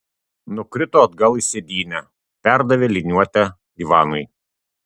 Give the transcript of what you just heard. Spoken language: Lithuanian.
nukrito atgal į sėdynę perdavė liniuotę ivanui